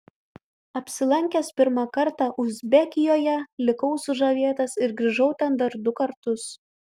apsilankęs pirmą kartą uzbekijoje likau sužavėtas ir grįžau ten dar du kartus